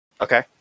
Okay